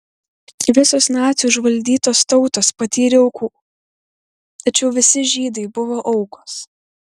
visos nacių užvaldytos tautos patyrė aukų tačiau visi žydai buvo aukos